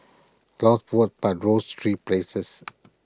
lost votes but rose three places